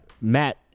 Matt